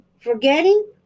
forgetting